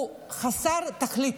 החוק הזה הוא חסר תכלית.